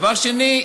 דבר שני,